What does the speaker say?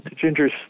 Ginger's